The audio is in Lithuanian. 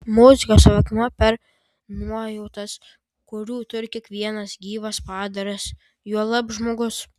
muzika suvokiama per nuojautas kurių turi kiekvienas gyvas padaras juolab žmogus